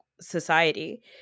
society